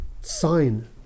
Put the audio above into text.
sign